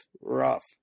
rough